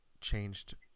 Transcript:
changed